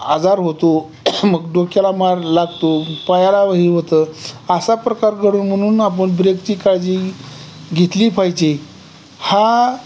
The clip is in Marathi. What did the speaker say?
आजार होतो मग डोक्याला मार लागतो पायाला व ही होतं असा प्रकार घडू नये म्हणून आपण ब्रेकची काळजी घेतली पाहिजे हा